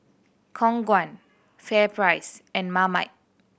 Khong Guan FairPrice and Marmite